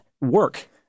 work